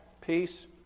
peace